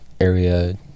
area